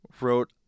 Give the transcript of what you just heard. wrote